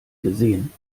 gesehen